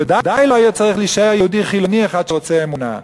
ודאי לא היה צריך להישאר יהודי חילוני אחד שרוצה אמונה.